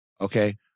okay